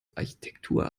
architektur